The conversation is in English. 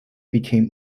became